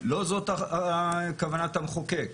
- לא זאת כוונה המחוקק.